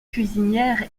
cuisinière